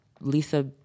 Lisa